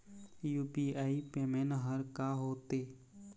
UPI payment हर का होते?